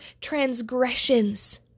transgressions